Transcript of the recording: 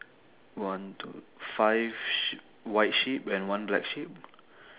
one two five sh~ white sheep and one black sheep